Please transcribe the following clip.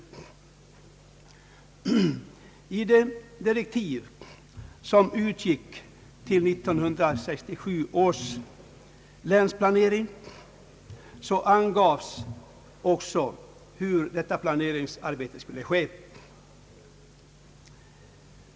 I direktiven till 1967 års länsplanering angavs också hur detta planeringsarbete skulle ske.